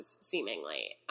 Seemingly